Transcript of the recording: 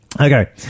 Okay